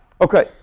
Okay